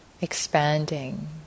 expanding